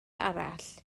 arall